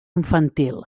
infantil